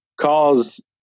calls